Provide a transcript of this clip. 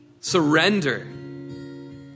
Surrender